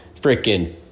Freaking